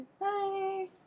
Bye